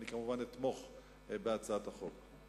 ואני כמובן אתמוך בהצעת החוק.